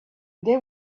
they